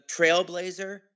trailblazer